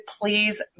please